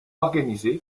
organisé